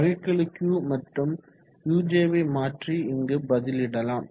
வகைக்கெழு Q மற்றும் uj யை மாற்றி இங்கு பதிலிடலாம்